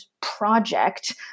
project